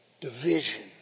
division